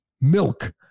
milk